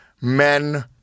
men